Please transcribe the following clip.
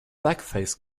backface